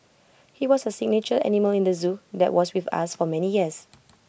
he was A signature animal in the Zoo that was with us for many years